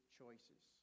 choices